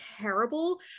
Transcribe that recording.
terrible